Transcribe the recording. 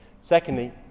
secondly